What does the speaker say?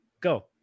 go